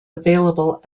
available